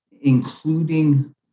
including